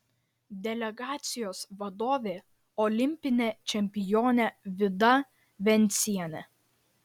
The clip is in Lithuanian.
delegacijos vadovė olimpinė čempionė vida vencienė